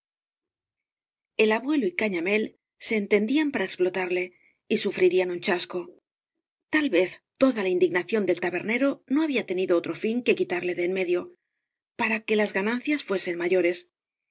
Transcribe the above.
el abuelo y cañamél se entendían para explotarle y sufrirían uo chasco tai vez toda la indig nación del tabernero no había tenido otro fin que quitarle de en medio para que las ganancias fuesen mayores